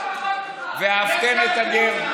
ואהבתם את הגר,